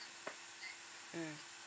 mm